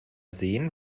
sehen